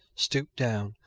stooped down,